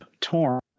Torn